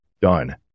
done